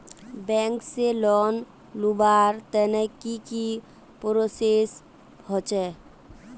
Bank से loan लुबार तने की की प्रोसेस होचे?